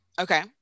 Okay